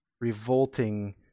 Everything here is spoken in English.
revolting